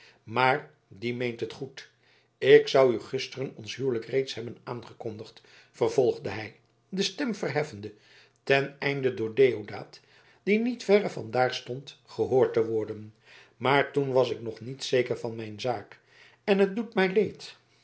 maar die meent het goed ik zou u gisteren ons huwelijk reeds hebben aangekondigd vervolgde hij de stem verheffende ten einde door deodaat die niet verre van daar stond gehoord te worden maar toen was ik nog niet zeker van mijn zaak en het doet mij leed